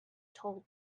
told